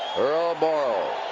earl morrall.